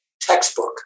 textbook